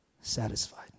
satisfied